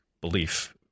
belief